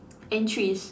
entries